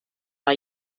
are